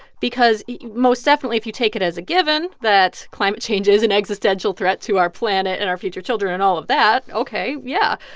because most definitely, if you take it as a given that climate change is an existential threat to our planet and our future children and all of that, ok, yeah.